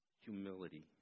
Humility